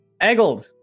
Eggled